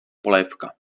polévka